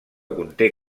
conté